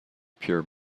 pure